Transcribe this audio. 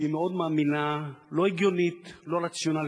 שהיא מאוד מאמינה, לא הגיונית, לא רציונלית,